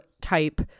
type